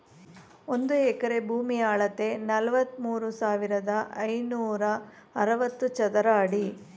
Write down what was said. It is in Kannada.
ಒಂದು ಎಕರೆ ಭೂಮಿಯ ಅಳತೆ ನಲವತ್ಮೂರು ಸಾವಿರದ ಐನೂರ ಅರವತ್ತು ಚದರ ಅಡಿ